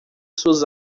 suas